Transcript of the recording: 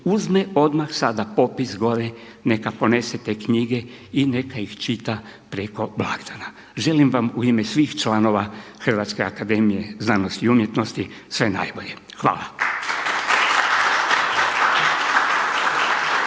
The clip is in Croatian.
uzme odmah sada popis gore, neka ponese te knjige i neka ih čita preko blagdana. Želim vam u ime svih članova HAZU sve najbolje. Hvala.